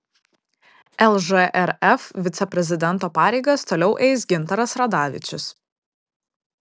lžrf viceprezidento pareigas toliau eis gintaras radavičius